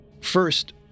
First